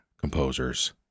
composers